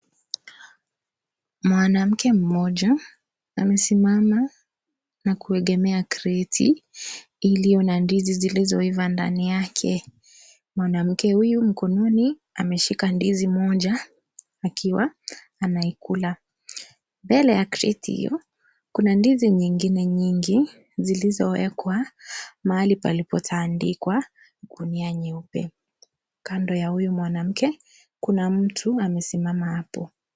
Mwanamke mmoja amesimama na kuegemea kreti iliyo na ndizi zilizoiva ndani yake. Mwanamke huyu mkononi ameshika ndizi moja akiwa anaikula. Mbele ya kriti hiyo kuna ndizi nyingine nyingi zilizowekwa mahali palipotaandikwa gunia nyeupe. Kando ya huyu mwanamke kuna mtu amesimama hapo.